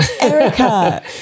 erica